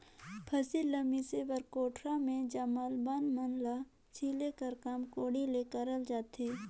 फसिल ल मिसे बर कोठार मे जामल बन मन ल छोले कर काम कोड़ी ले करल जाथे